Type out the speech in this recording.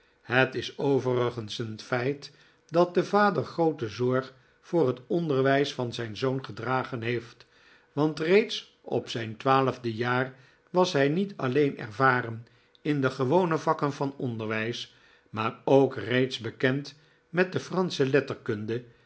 het is overigens een feit dat de vader groote zorg voor het onderwijs van zijn zoon gedragen heeft want reeds op zijn twaalfde jaar was hij niet alleen ervaren in de gewone vakken van onderwijs maar ook reeds bekend met de fransche letterkunde